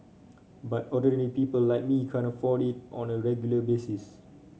but ordinary people like me can't afford it on a regular basis